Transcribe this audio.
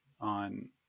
on